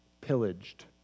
pillaged